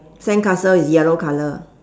sandcastle is yellow colour